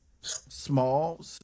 small